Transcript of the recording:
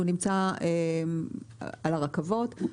שהוא נמצא על הרכבות.